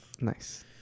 Nice